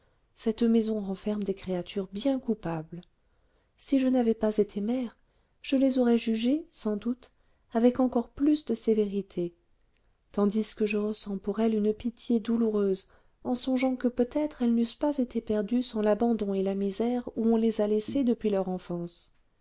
cette maison renferme des créatures bien coupables si je n'avais pas été mère je les aurais jugées sans doute avec encore plus de sévérité tandis que je ressens pour elles une pitié douloureuse en songeant que peut-être elles n'eussent pas été perdues sans l'abandon et la misère où on les a laissées depuis leur enfance